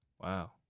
Wow